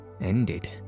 Ended